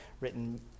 written